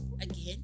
Again